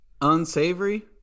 Unsavory